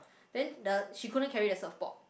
then the she couldn't carry the surf board